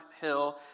hill